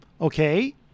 Okay